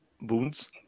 boons